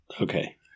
Okay